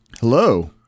hello